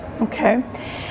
Okay